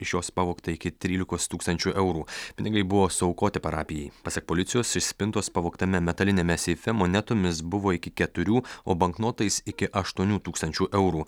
iš jos pavogta iki trylikos tūkstančių eurų pinigai buvo suaukoti parapijai pasak policijos iš spintos pavogtame metaliniame seife monetomis buvo iki keturių o banknotais iki aštuonių tūkstančių eurų